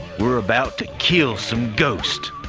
we're about to kill some ghosts.